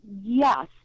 yes